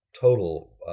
total